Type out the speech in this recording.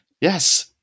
Yes